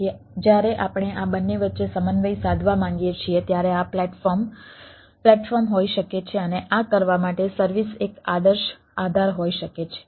તેથી જ્યારે આપણે આ બંને વચ્ચે સમન્વય સાધવા માંગીએ છીએ ત્યારે આ પ્લેટફોર્મ પ્લેટફોર્મ હોઈ શકે છે અને આ કરવા માટે સર્વિસ એક આદર્શ આધાર હોઈ શકે છે